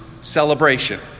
celebration